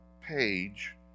page